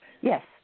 Yes